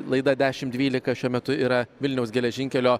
laida dešim dvylika šiuo metu yra vilniaus geležinkelio